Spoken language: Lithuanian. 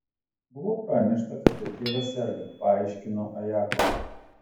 buvo pranešta kad jo tėvas serga paaiškino ajako